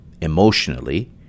emotionally